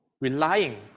relying